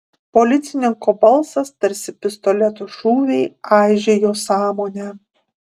policininko balsas tarsi pistoleto šūviai aižė jo sąmonę